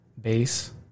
Base